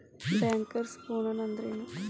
Bankers bonus ಅಂದ್ರೇನು?